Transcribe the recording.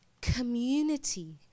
Community